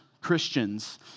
Christians